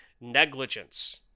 negligence